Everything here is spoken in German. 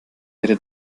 ihre